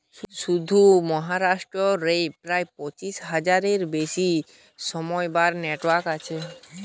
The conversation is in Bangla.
শুধু মহারাষ্ট্র রেই প্রায় পঁচিশ হাজারের বেশি সমবায় নেটওয়ার্ক আছে